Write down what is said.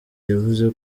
yavuze